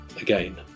again